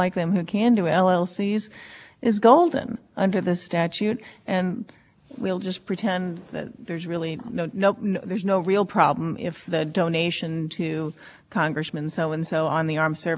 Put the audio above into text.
another right but those doctrines are not some sort of so encouraged this that congress is going to bump up against one or the other it has a reasonable birth to set reasonable restriction i understand but when you have something